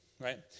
right